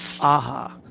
AHA